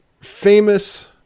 famous